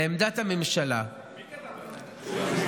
לעמדת הממשלה, מי כתב לך את התשובה הזאת?